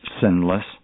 Sinless